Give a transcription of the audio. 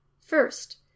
First